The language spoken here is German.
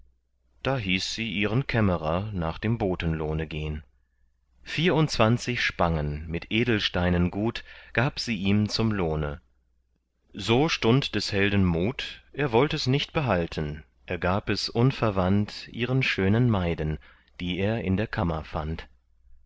da hieß sie ihren kämmerer nach dem botenlohne gehn vierundzwanzig spangen mit edelsteinen gut gab sie ihm zum lohne so stund des helden mut er wollt es nicht behalten er gab es unverwandt ihren schönen maiden die er in der kammer fand